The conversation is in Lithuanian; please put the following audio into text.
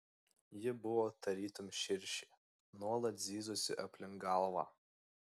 ji buvo tarytum širšė nuolat zyzusi aplink galvą